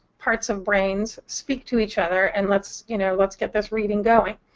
parts of brains, speak to each other and let's you know, let's get this reading going!